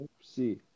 see